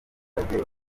abaturage